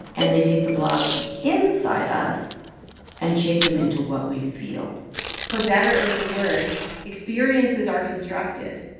and they take the blobs inside us and shape them into what we feel for better or for worse, experiences are constructed.